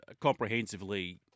comprehensively